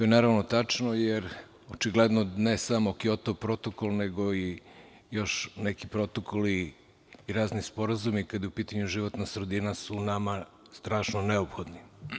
Naravno, to je tačno, jer očigledno ne samo Kjoto protokol, nego i još neki protokoli i razni sporazumi kada je u pitanju životna sredina su nama strašno neophodni.